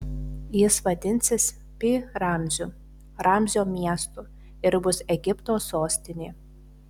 jis vadinsis pi ramziu ramzio miestu ir bus egipto sostinė